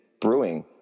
brewing